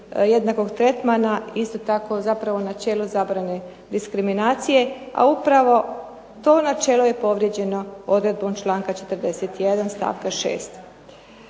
jednakog tretmana, isto tako zapravo načelo zabrane diskriminacije, a upravo to načelo je povrijeđeno odredbom članka 41. stavka 6.